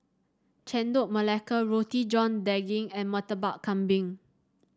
Chendol Melaka Roti John Daging and Murtabak Kambing